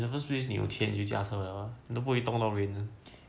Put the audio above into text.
in the first place 你有钱你就驾车了啊动到你都不会 rain